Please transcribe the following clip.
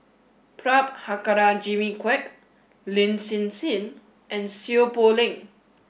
Prabhakara Jimmy Quek Lin Hsin Hsin and Seow Poh Leng